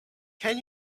can